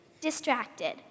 distracted